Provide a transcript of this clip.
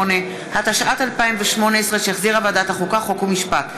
38), התשע"ט 2018, שהחזירה ועדת החוקה, חוק ומשפט.